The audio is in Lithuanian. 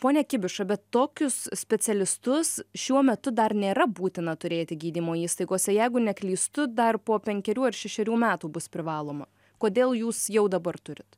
pone kibiša bet tokius specialistus šiuo metu dar nėra būtina turėti gydymo įstaigose jeigu neklystu dar po penkerių ar šešerių metų bus privaloma kodėl jūs jau dabar turit